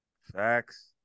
Facts